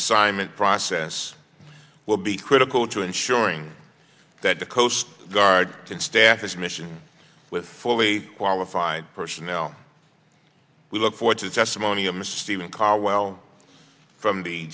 assignment process will be critical to ensuring that the coast guard can staff this mission with fully qualified personnel we look forward to the testimony of mr even cowell from the